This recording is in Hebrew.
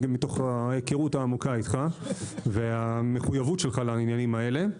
מתוך ההיכרות העמוקה איתך והמחויבות שלך לעניינים האלה.